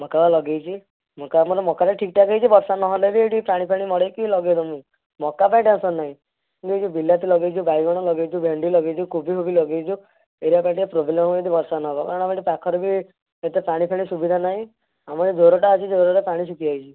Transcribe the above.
ମକା ଲଗାଇଛି ମକା ଆମର ମକାଟା ଠିକ୍ଠାକ୍ ହେଇଛି ବର୍ଷା ନହେଲେ ବି ଏଇଟି ପାଣି ଫାଣି ମଡ଼ାଇକି ଲଗାଇ ଦେବୁ ମକା ପାଇଁ ଟେନସନ୍ ନାହିଁ କିନ୍ତୁ ଏଇ ଯେଉଁ ବିଲାତି ଲଗାଇଛୁ ବାଇଗଣ ଲଗାଇଛୁ ଭେଣ୍ଡି ଲଗାଇଛୁ କୁବି ଫୁବି ଲଗାଇଛୁ ଏଗୁଡ଼ା ପାଇଁ ଟିକେ ପ୍ରୋବ୍ଲେମ ହେବ ଯଦି ବର୍ଷା ନହେବ ତେଣୁ ଆମେ ଏଠି ପାଖରେ ବି ଏତେ ପାଣି ଫାଣି ସୁବିଧା ନାହିଁ ଆମର ଝରଟା ଅଛି ସେ ଝରଟା ପାଣି ଶୁଖିଯାଇଛି